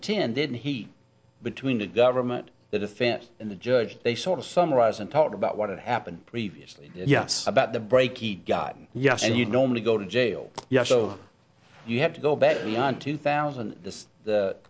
and ten didn't he between the government the defense and the judge they sort of summarized and talked about what had happened previously yes about the break he'd gotten yes and you'd normally go to jail yes so you have to go back to the on two thousand th